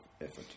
effort